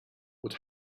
what